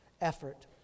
effort